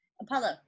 Apollo